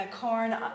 corn